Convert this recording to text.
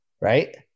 right